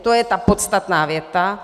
To je ta podstatná věta.